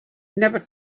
never